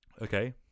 Okay